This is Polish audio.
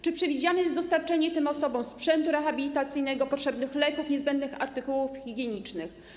Czy przewidziane jest dostarczenie tym osobom sprzętu rehabilitacyjnego, potrzebnych leków, niezbędnych artykułów higienicznych?